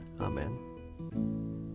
Amen